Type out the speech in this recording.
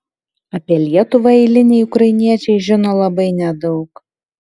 apie lietuvą eiliniai ukrainiečiai žino labai nedaug